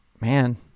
man